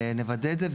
נוודא את זה.